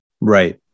Right